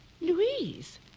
Louise